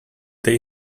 they